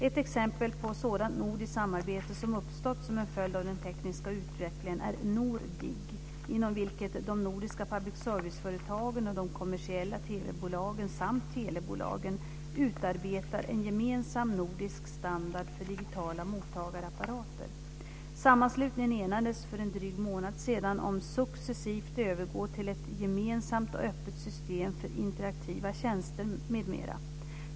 Ett exempel på ett nordiskt samarbete som uppstått som en följd av den tekniska utvecklingen är Nor Dig, inom vilket de nordiska public serviceföretagen, de kommersiella TV-bolagen samt telebolagen utarbetar en gemensam nordisk standard för digitala mottagarapparater. Sammanslutningen enades för en dryg månad sedan om att successivt övergå till ett gemensamt och öppet system för interaktiva tjänster m.m.